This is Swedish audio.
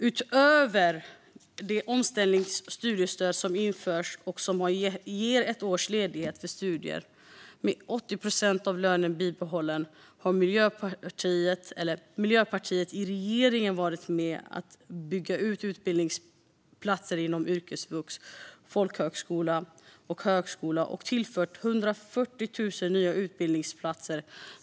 Utöver det omställningsstudiestöd som nu införs och som ger ett års ledighet för studier med 80 procent av lönen bibehållen har Miljöpartiet i regeringen varit med och byggt ut utbildningsplatser inom yrkesvux, folkhögskola och högskola och tillfört 140 000 nya utbildningsplatser.